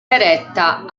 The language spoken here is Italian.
eretta